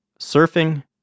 Surfing